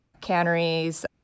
canneries